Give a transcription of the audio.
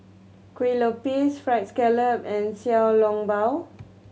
Kueh Lopes Fried Scallop and Xiao Long Bao